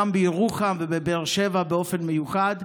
גם בירוחם ובבאר שבע באופן מיוחד,